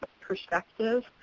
perspective